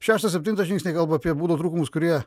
šeštas septintas žingsniai kalba apie būdo trūkumus kurie